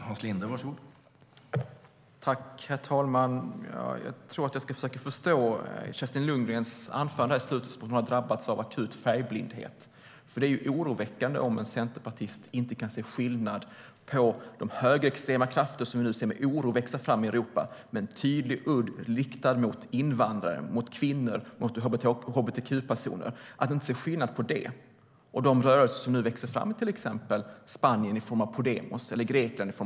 Herr talman! Jag tror att jag ska försöka förstå det Kerstin Lundgren sa i slutet av sitt anförande som att hon har drabbats av akut färgblindhet, för det är oroväckande om en centerpartist inte kan se skillnad på de högerextrema krafter som vi nu med oro ser växa fram i Europa, med en tydlig udd riktad mot invandrare, kvinnor och hbtq-personer, och de rörelser som växer fram i form av Podemos i Spanien eller Syriza i Grekland.